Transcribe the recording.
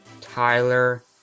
Tyler